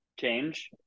change